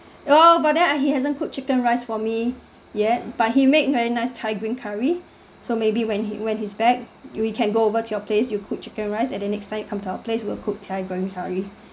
oh but then he hasn't cook chicken rice for me yet but he make very nice thai green curry so maybe when he when he's back we can go over to your place you cook chicken rice and then next time you come to our place we will cook thai green curry